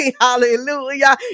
Hallelujah